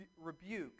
rebuke